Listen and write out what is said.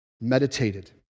meditated